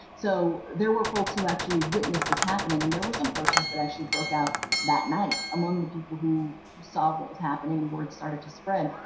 so there were folks who actually witnessed this happening, and there were some protests that actually broke out that night among the people who saw what was happening and word started to spread.